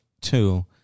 Two